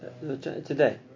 Today